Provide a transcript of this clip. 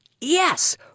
Yes